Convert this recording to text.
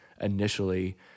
initially